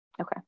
Okay